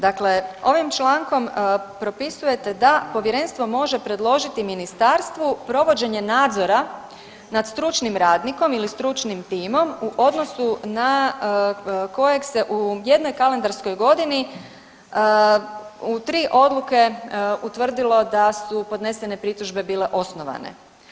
Dakle ovim člankom propisujete da Povjerenstvo može predložiti Ministarstvu provođenje nadzora nad stručnim radnikom ili stručnim timom u odnosu na kojeg se u jednoj kalendarskoj godini u 3 godine utvrdilo da su podnese pritužbe bile osnovane.